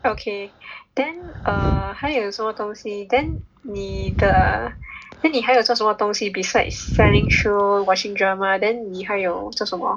okay then err then 还有什么东西 then 你的那你还有什么东西 besides selling shoes watching drama then 你还有做什么